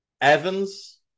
Evans